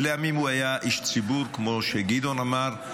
ולימים הוא היה איש ציבור, כמו שגדעון אמר.